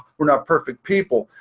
we're not perfect people.